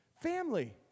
Family